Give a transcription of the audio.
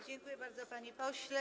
Dziękuję bardzo, panie pośle.